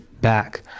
back